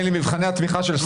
בבקשה.